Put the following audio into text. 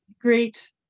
great